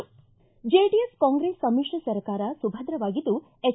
JDS Congress ಸಮಿತ್ರ ಸರ್ಕಾರ ಸುಭದ್ರವಾಗಿದ್ದು ಎಚ್